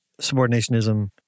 subordinationism